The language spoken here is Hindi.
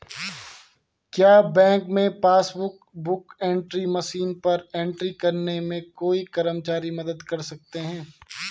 क्या बैंक में पासबुक बुक एंट्री मशीन पर एंट्री करने में कोई कर्मचारी मदद कर सकते हैं?